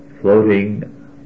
floating